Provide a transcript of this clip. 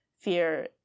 fear